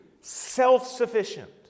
self-sufficient